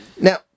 Now